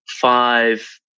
five